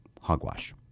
hogwash